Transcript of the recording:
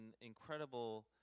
incredible